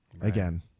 again